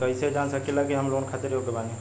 हम कईसे जान सकिला कि हम लोन खातिर योग्य बानी?